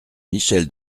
michèle